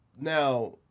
now